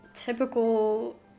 typical